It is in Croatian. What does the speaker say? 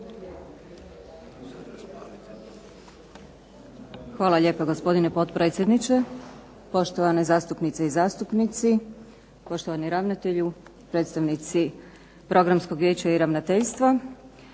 Hvala lijepa gospodine potpredsjedniče, poštovane zastupnice i zastupnici, poštovani ravnatelju, predstavnici Programskog vijeća i Ravnateljstva.